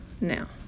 Now